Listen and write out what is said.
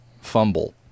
fumble